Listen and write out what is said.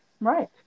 Right